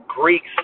Greeks